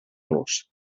los